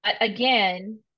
Again